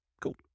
Cool